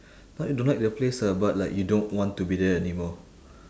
not I don't like the place ah but like you don't want to be there anymore